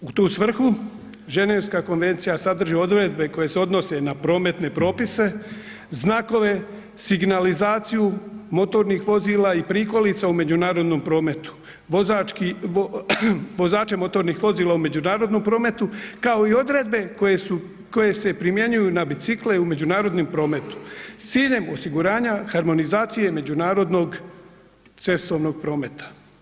U tu svrhu Ženevska konvencija sadrži odredbe koje se odnose na prometne propise, znakove, signalizaciju motornih vozila i prikolica u međunarodnom prometu, vozače motornih vozila u međunarodnom prometu kao i odredbe koje se primjenjuju na bicikle u međunarodnom prometu s ciljem osiguranja harmonizacije međunarodnog cestovnog prometa.